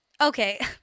okay